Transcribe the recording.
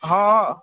हँ